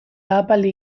ahapaldi